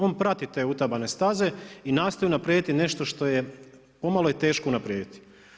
On prati te utabane staze i nastoji unaprijediti nešto što je, pomalo je teško unaprijediti.